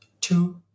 two